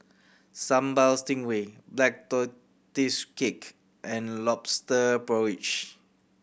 Sambal Stingray Black Tortoise Cake and Lobster Porridge